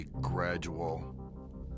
gradual